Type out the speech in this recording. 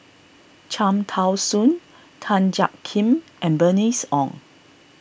Cham Tao Soon Tan Jiak Kim and Bernice Ong